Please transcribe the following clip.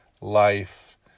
life